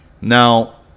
Now